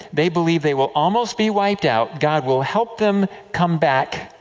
they believe they will almost be wiped out, god will help them come back,